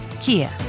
Kia